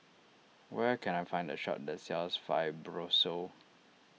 where can I find a shop that sells Fibrosol